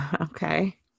Okay